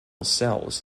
cells